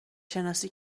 شناسی